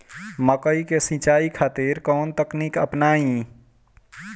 मकई के सिंचाई खातिर कवन तकनीक अपनाई?